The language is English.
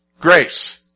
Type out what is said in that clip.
Grace